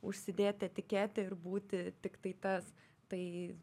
užsidėt etiketę ir būti tiktai tas tai